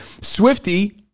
Swifty